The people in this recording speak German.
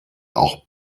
auch